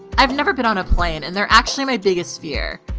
i've never been on a plane and they're actually my biggest fear.